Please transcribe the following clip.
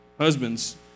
husbands